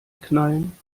knallen